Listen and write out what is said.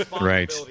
right